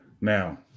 Now